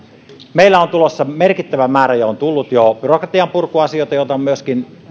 meillä on tulossa merkittävä määrä ja on tullut jo byrokratianpurkuasioita joita on myöskin